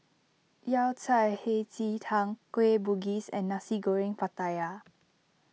Yao Cai Hei Ji Tang Kueh Bugis and Nasi Goreng Pattaya